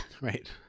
right